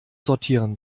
sortieren